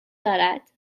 دارد